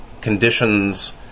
conditions